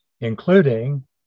including